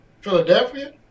Philadelphia